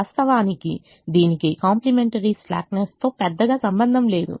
వాస్తవానికి దీనికి complementary slackness తో పెద్దగా సంబంధం లేదు